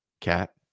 Cat